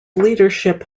leadership